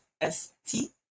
S-T